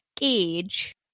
age